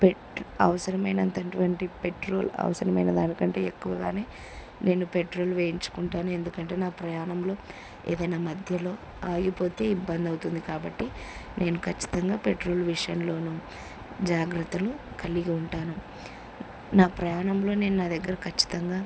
పెట్ అవసరమైనటువంటి పెట్రోల్ అవసరమైన దానికంటే ఎక్కువగానే నేను పెట్రోల్ వేయించుకుంటాను ఎందుకంటే నా ప్రయాణంలో ఏదైనా మధ్యలో ఆగిపోతే ఇబ్బందివుతుంది కాబట్టి నేను ఖచ్చితంగా పెట్రోల్ విషయంలోనూ జాగ్రత్తలు కలిగి ఉంటాను నా ప్రయాణంలో నేను నా దగ్గర ఖచ్చితంగా